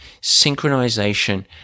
synchronization